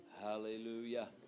Hallelujah